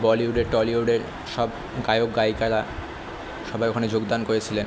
বলিউডের টলিউডের সব গায়ক গায়িকারা সবাই ওখানে যোগদান করেছিলেন